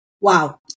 Wow